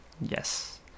Yes